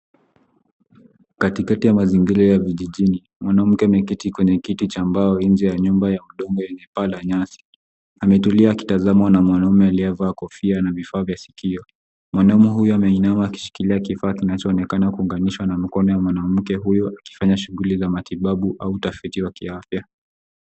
Katikati ya mazingira ya vijijini, mwanamke ameketi kwenye kiti cha mbao nje ya nyumba ya udongo lenye paa ya nyasi. Ametulia akitazamwa na mwanaume aliyevaa kofia na vifaa vya sikio. Mwanaume huyo ameinama akishikilia kifaa kinachoonekana kuunganishwa na mkono ya mwanamke huyo akifanya shughuli za matibabu au utafiti wa kiafya.